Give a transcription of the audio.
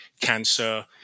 cancer